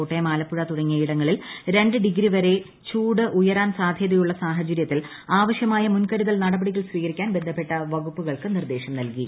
കോട്ടയം ആലപ്പുഴ തുടങ്ങിയ ഇടങ്ങളിൽ രണ്ട് ഡ്വിിഗ്രി വരെ ചൂട് ഉയരാൻ സാധ്യതയുള്ള സാഹചര്യത്തിൽ ആണ്ട്രുമായ മുൻകരുതൽ നടപടികൾ സ്വീകരിക്കാൻ ബന്ധപ്പെട്ട വകുപ്പുകൾക്ക് നിർദേശം നൽകി